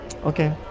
okay